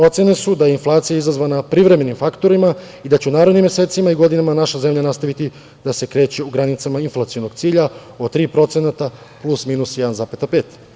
Ocene su da je inflacija izazvana privremenim faktorima i da će u narednim mesecima i godinama naša zemlja nastaviti da se kreće u granicama inflacionog cilja od 3% plus-minus 1,5%